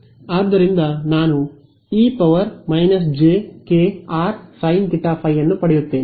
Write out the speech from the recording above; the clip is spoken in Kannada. ಆದ್ದರಿಂದ ನಾನು E J K R sine theta phi ಅನ್ನು ಪಡೆಯುತ್ತೇನೆ